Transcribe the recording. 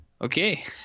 Okay